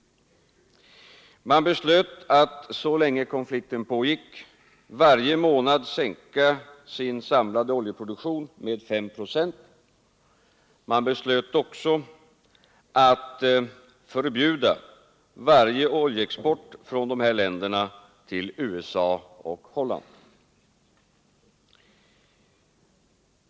Man beslöt att, så länge konflikten pågick, varje månad sänka sin samlade oljeproduktion med 5 procent. Man beslöt också att förbjuda varje oljeexport från dessa länder till USA och Holland.